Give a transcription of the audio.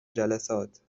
جلسات